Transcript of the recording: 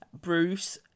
Bruce